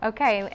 Okay